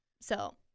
So-